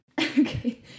okay